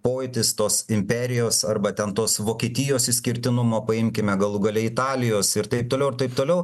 pojūtis tos imperijos arba ten tos vokietijos išskirtinumo paimkime galų gale italijos ir taip toliau ir taip toliau